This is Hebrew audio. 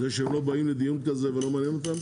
זה שהם לא באים לדיון כזה וזה לא מעניין אותם,